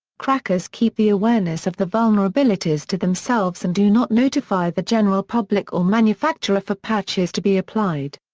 crackers keep the awareness of the vulnerabilities to themselves and do not notify the general public or manufacturer for patches to be applied.